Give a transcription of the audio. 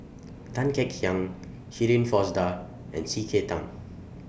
Tan Kek Hiang Shirin Fozdar and C K Tang